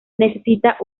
necesita